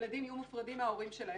ילדים יהיו מופרדים מההורים שלהם.